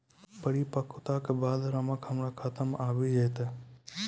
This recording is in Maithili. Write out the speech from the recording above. परिपक्वता के बाद रकम हमरा खाता मे आबी जेतै?